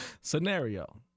Scenario